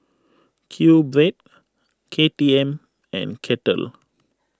Q Bread K T M and Kettle